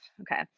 okay